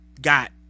got